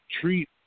treat